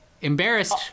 embarrassed